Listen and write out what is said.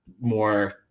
more